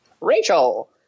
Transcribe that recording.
Rachel